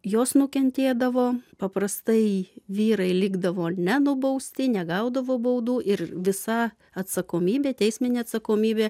jos nukentėdavo paprastai vyrai likdavo nenubausti negaudavo baudų ir visa atsakomybė teisminė atsakomybė